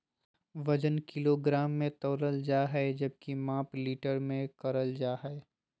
वजन किलोग्राम मे तौलल जा हय जबकि माप लीटर मे करल जा हय